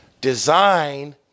Design